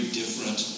different